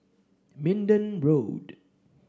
Minden Road